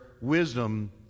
wisdom